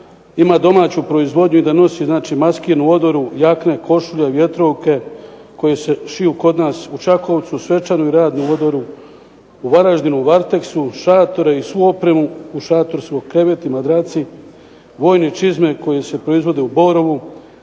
ima domaću proizvodnju i da nosi znači maskirnu odoru, jakne, košulje, vjetrovke koje se šiju kod nas u Čakovcu, svečanu i radnu odoru u Varaždinu u Varteksu, šatore i svu opremu, šatorski kreveti, madraci, vojne čizme koje se proizvode u Borovu,